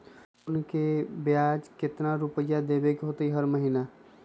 Loan के ब्याज कितना रुपैया देबे के होतइ हर महिना?